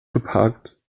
geparkt